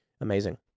Amazing